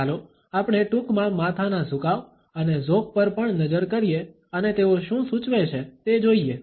ચાલો આપણે ટૂંકમાં માથાના ઝુકાવ અને ઝોક પર પણ નજર કરીએ અને તેઓ શું સૂચવે છે તે જોઈએ